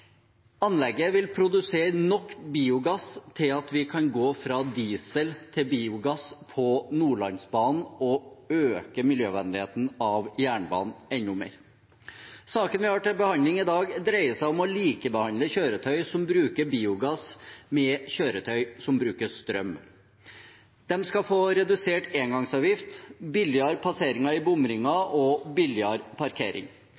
Anlegget vil produsere nok biogass til at vi kan gå fra diesel til biogass på Nordlandsbanen og øke miljøvennligheten av jernbanen enda mer. Saken vi har til behandling i dag, dreier seg om å likebehandle kjøretøy som bruker biogass, med kjøretøy som bruker strøm. De skal få redusert engangsavgift, billigere passeringer i